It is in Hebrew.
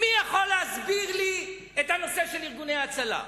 מי יכול להסביר לי את הנושא של ארגוני ההצלה?